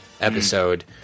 episode